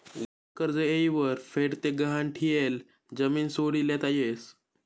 लियेल कर्ज येयवर फेड ते गहाण ठियेल जमीन सोडी लेता यस